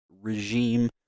regime